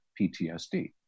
PTSD